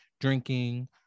drinking